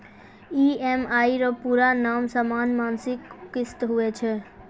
EMI रो पूरा नाम समान मासिक किस्त हुवै छै